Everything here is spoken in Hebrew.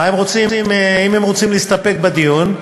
אם הם רוצים, להסתפק בדיון.